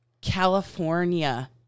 California